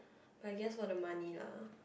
but I guess all the money lah